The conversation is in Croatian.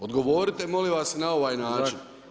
Odgovorite molim vas na ovaj način.